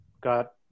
got